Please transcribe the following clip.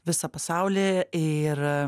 visą pasaulį ir